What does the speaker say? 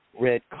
red